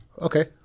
Okay